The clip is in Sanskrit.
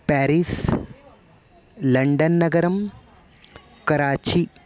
प्यारिस् लण्डन्नगरं कराची